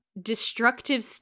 destructive